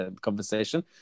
conversation